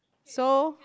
so